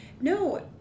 no